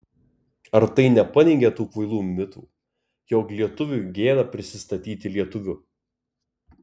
ar tai nepaneigia tų kvailų mitų jog lietuviui gėda prisistatyti lietuviu